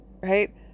right